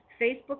facebook